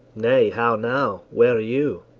nay, how now! where are you?